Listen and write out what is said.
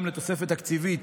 גם לתוספת תקציבית,